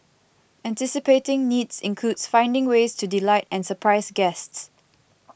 anticipating needs includes finding ways to delight and surprise guests